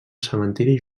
cementiri